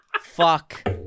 Fuck